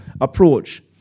approach